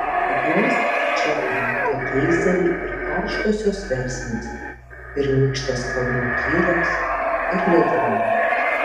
juos čia traukia geizeriai ir karštosios versmės pirmykštės kalnų girios ir ledynai